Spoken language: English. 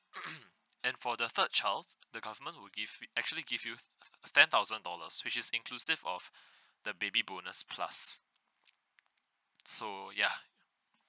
and for the third child the government will give actually give you ten thousand dollars which is inclusive of the baby bonus plus so ya